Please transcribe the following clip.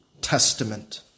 testament